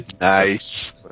Nice